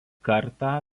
kartą